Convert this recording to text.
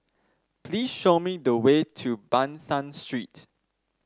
please show me the way to Ban San Street